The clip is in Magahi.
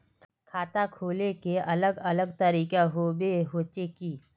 खाता खोले के अलग अलग तरीका होबे होचे की?